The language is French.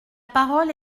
parole